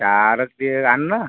चारच ते आण ना